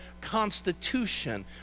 constitution